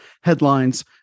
headlines